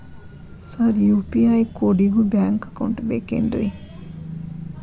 Sir UPI ಕೋಡಿಗೂ bank account ಬೇಕೆನ್ರಿ?